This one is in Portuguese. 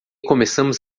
começamos